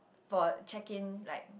for a check in like